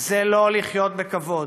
זה לא לחיות בכבוד.